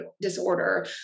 disorder